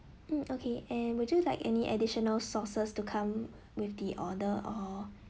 mm okay and would you like any additional sauces to come with the order or